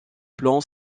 plan